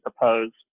proposed